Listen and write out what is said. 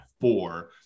four